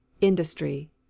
industry